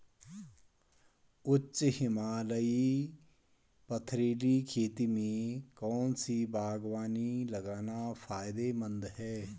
उच्च हिमालयी पथरीली खेती में कौन सी बागवानी लगाना फायदेमंद है?